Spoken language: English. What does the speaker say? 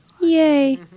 Yay